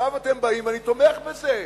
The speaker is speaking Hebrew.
עכשיו אתם באים, ואני תומך בזה,